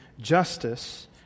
justice